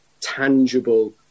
tangible